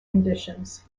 conditions